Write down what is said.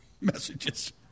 messages